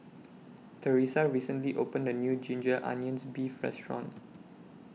Theresa recently opened A New Ginger Onions Beef Restaurant